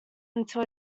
until